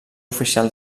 oficial